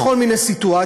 בכל מיני סיטואציות.